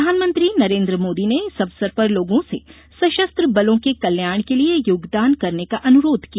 प्रधानमंत्री नरेन्द्र मोदी ने इस अवसर पर लोगों से सशस्त्र बलों के कल्याण के लिए योगदान करने का अनुरोध किया